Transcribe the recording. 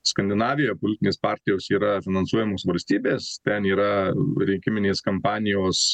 skandinavija politinės partijos yra finansuojamos valstybės ten yra rinkiminės kampanijos